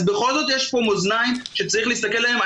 אז בכל זאת יש פה מאזניים שצריך להסתכל עליהם.